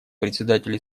председатель